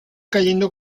cayendo